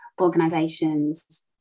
organizations